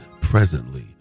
presently